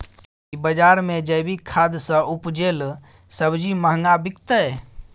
की बजार मे जैविक खाद सॅ उपजेल सब्जी महंगा बिकतै?